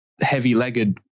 heavy-legged